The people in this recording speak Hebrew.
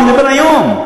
אני מדבר על היום,